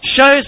shows